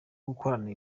gukorana